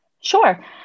Sure